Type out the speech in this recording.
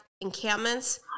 encampments